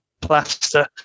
plaster